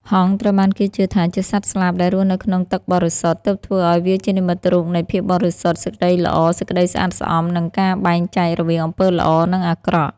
ហង្សត្រូវបានគេជឿថាជាសត្វស្លាបដែលរស់នៅក្នុងទឹកបរិសុទ្ធ ទើបធ្វើឲ្យវាជានិមិត្តរូបនៃ ភាពបរិសុទ្ធ សេចក្តីល្អ សេចក្តីស្អាតស្អំ និង ការបែងចែករវាងអំពើល្អ និងអាក្រក់។